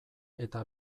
eta